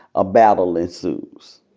a battle ensues.